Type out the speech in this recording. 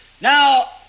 Now